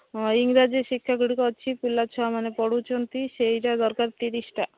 ହଁ ଇଂରାଜୀ ଶିକ୍ଷାଗୁଡ଼ିକ ଅଛି ପିଲା ଛୁଆମାନେ ପଢ଼ୁଛନ୍ତି ସେଇଟା ଦରକାର ତିରିଶଟା